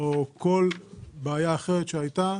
או כל בעיה אחרת שעלתה.